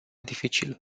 dificil